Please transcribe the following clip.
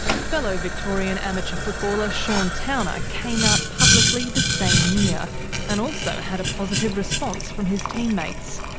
fellow victorian amateur footballer sean towner came out publicly the same year and also had a positive response from his teammates.